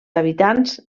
habitants